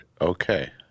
Okay